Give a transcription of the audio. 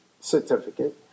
certificate